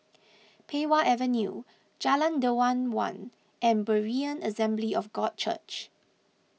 Pei Wah Avenue Jalan Dermawan and Berean Assembly of God Church